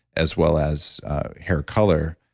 as well as hair color.